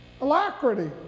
alacrity